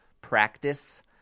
practice